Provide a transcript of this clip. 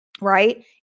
right